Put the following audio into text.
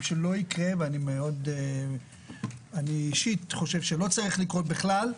שלא יקרה ואני אישית חושב שלא צריך לקרות בכלל,